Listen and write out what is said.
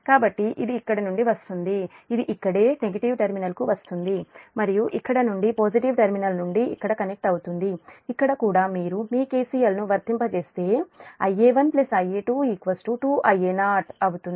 కాబట్టి ఇది ఇక్కడి నుండి వస్తుంది ఇది ఇక్కడే నెగటివ్ టెర్మినల్కు వస్తుంది మరియు ఇక్కడ నుండి పాజిటివ్ టెర్మినల్ నుండి ఇక్కడ కనెక్ట్ అవుతుంది ఇక్కడ కూడా మీరు మీ KCL ను వర్తింపజేస్తే Ia1 Ia2 2Ia0 అవుతుంది